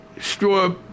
straw